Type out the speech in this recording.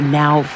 now